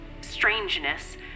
strangeness